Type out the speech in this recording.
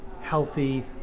healthy